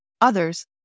others